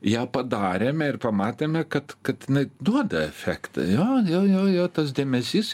ją padarėme ir pamatėme kad kad jinai duoda efektą jo jo jo jo tas dėmesys